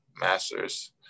masters